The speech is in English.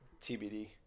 TBD